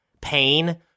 pain